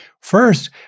First